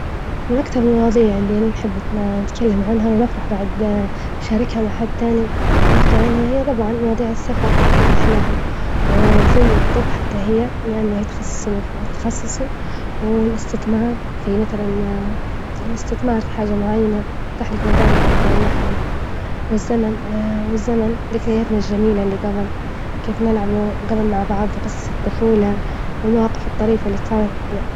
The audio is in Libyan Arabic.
من أكتر المواضيع اللي أني نحب نتكلم عنها ونفرح بعد نشاركها مع حد تاني نحكي عنها هي طبعا مواضيع السفر ما أحلاها، وزي الطب حتى هي يعني متخصصين وما متخصصين، والإستثمار في مثلا الإستثمار في حاجة معينة يفتحلك مدارك مثلا من ناحية، والزمن والزمن ذكرياتنا الجميلة اللي جبل كيف نلعبوا جبل مع بعض وقصص الطفولة والمواقف الطريفة اللي صارتلنا.